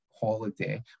holiday